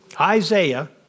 Isaiah